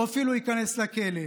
או אפילו ייכנס לכלא,